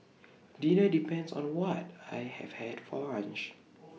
dinner depends on what I have had for lunch